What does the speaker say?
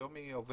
היום היא עובדת,